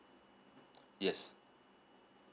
yes